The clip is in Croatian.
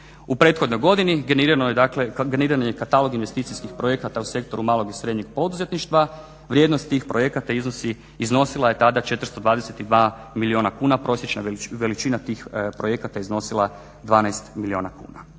U prethodnoj godini generiran je katalog investicijskih projekata u sektoru malog i srednjeg poduzetništva. Vrijednost tih projekata iznosila je tada 422 milijuna kuna. Prosječna veličina tih projekata iznosila je 12 milijuna kuna.